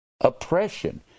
oppression